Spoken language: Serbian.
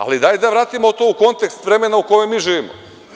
Ali, dajte da vratimo to u kontekst vremena u kome mi živimo.